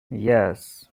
yes